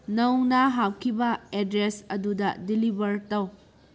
ꯅꯧꯅ ꯍꯥꯞꯈꯤꯕ ꯑꯦꯗ꯭ꯔꯦꯁ ꯑꯗꯨꯗ ꯗꯤꯂꯤꯕꯔ ꯇꯧ